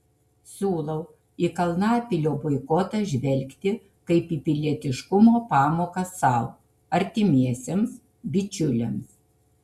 siūlau į kalnapilio boikotą žvelgti kaip į pilietiškumo pamoką sau artimiesiems bičiuliams